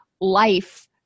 life